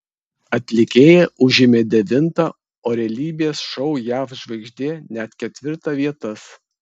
atlikėja užėmė devintą o realybės šou jav žvaigždė net ketvirtą vietas